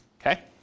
okay